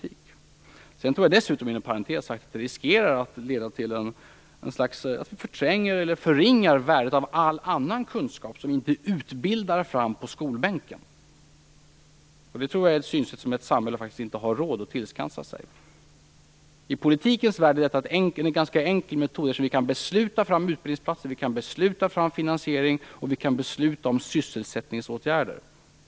Dessutom tror jag, inom parentes sagt, att detta riskerar att leda till att man förringar värdet av annan kunskap som inte utbildas fram på skolbänken. Det är ett synsätt som samhället inte har råd att tillskansa sig. I politikens värld finns enkla metoder: Vi kan kan besluta om utbildningsplatser, finanseriering och sysselsättningsåtgärder.